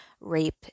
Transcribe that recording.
rape